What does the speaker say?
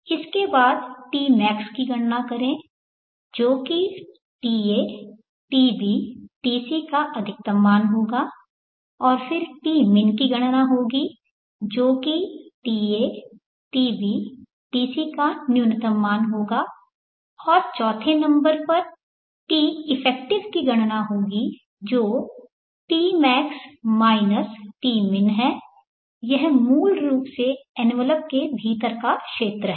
इसके बाद tmax की गणना जो कि ta tb tc का अधिकतम होगा और फिर tmin की गणना होगी जो कि ta tb tc का न्यूनतम होगा और चौथे नंबर पर t इफेक्टिव की गणना होगी जो tmax tmin है यह मूल रूप से एनवेलप के भीतर का क्षेत्र है